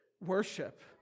worship